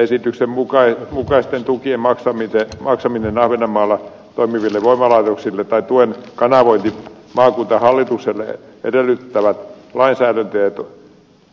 esityksen mukaisten tukien maksaminen ahvenanmaalla toimiville voimalaitoksille tai tuen kanavointi maakuntahallitukselle edellyttävät lainsäädäntö ja